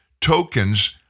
tokens